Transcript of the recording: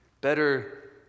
Better